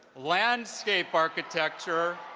landscape architecture,